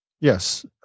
yes